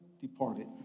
departed